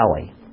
Valley